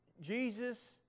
Jesus